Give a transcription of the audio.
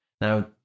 Now